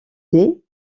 dés